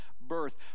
birth